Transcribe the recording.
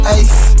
ice